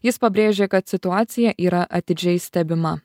jis pabrėžė kad situacija yra atidžiai stebima